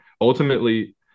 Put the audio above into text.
Ultimately